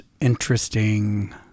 interesting